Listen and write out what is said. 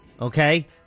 Okay